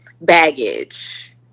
baggage